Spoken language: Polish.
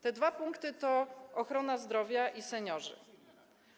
Te dwa punkty to ochrona zdrowia i seniorzy.